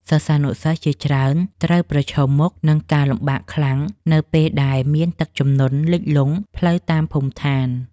សិស្សានុសិស្សជាច្រើនត្រូវប្រឈមមុខនឹងការលំបាកខ្លាំង នៅពេលដែលមានទឹកជំនន់លិចលង់ផ្លូវតាមភូមិឋាន។